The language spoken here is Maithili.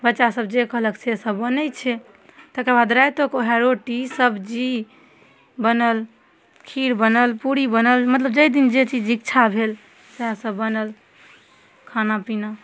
बच्चा सब जे कहलक से सब बनय छै तकर बाद राइतो कए ओएह रोटी सब्जी बनल खीर बनल पूड़ी बनल मतलब जाहि दिन जे चीज इच्छा भेल सहह सब बनल खाना पीना